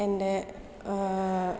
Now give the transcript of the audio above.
എൻ്റെ